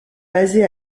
basé